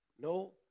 No